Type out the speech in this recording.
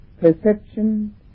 perception